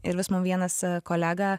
ir vis mum vienas kolega